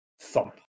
Thump